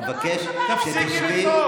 אבל אני ביקשתי לשבת.